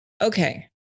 okay